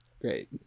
Great